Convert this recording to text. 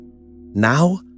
Now